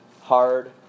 hard